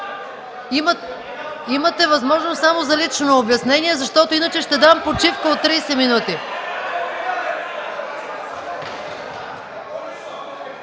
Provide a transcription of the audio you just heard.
Имате възможност само за лично обяснение, защото иначе ще дам почивка от тридесет минути.